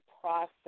process